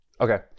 Okay